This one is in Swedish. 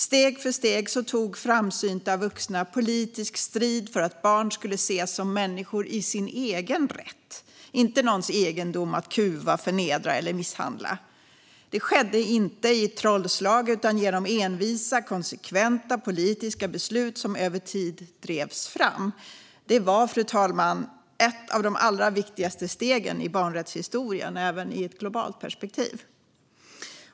Steg för steg tog framsynta vuxna politisk strid för att barn skulle ses som människor i sin egen rätt, inte någons egendom att kuva, förnedra eller misshandla. Det skedde inte i ett trollslag utan genom envisa och konsekventa politiska beslut som över tid drevs fram. Det var, fru talman, ett av de allra viktigaste stegen i barnrättshistorien, även i ett globalt perspektiv.